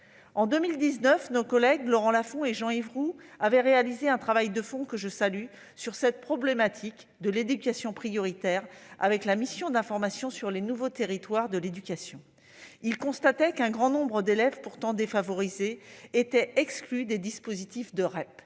En 2019, nos collègues Laurent Lafon et Jean-Yves Roux avaient réalisé un travail de fond, que je salue, sur cette problématique de l'éducation prioritaire, avec la mission d'information sur les nouveaux territoires de l'éducation. Ils constataient qu'un grand nombre d'élèves, pourtant défavorisés, étaient exclus des dispositifs de REP,